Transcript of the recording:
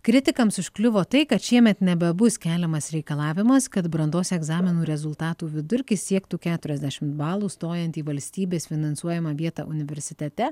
kritikams užkliuvo tai kad šiemet nebebus keliamas reikalavimas kad brandos egzaminų rezultatų vidurkis siektų keturiasdešim balų stojant į valstybės finansuojamą vietą universitete